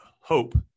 hope